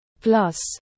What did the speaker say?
Plus